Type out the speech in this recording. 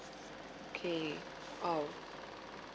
okay um